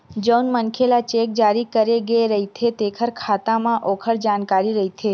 जउन मनखे ल चेक जारी करे गे रहिथे तेखर खाता म ओखर जानकारी रहिथे